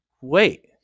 wait